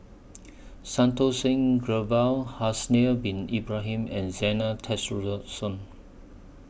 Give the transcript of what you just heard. Santokh Singh Bin Ibrahim and Zena